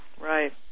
Right